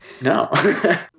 No